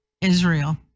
Israel